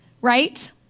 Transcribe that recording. Right